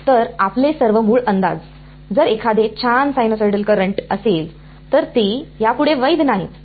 तर आपले सर्व मूळ अंदाज जर एखादे छान साइनसॉइडल करंट असेल तर ते यापुढे वैध नाहीत